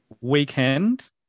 weekend